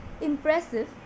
impressive